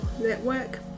network